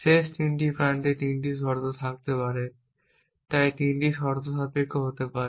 শেষ 3 প্রান্তে 3টি শর্ত থাকতে পারে তাই 3টি শর্তসাপেক্ষ হতে পারে